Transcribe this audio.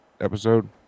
episode